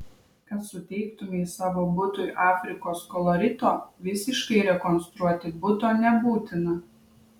kad suteiktumei savo butui afrikos kolorito visiškai rekonstruoti buto nebūtina